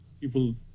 people